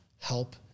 help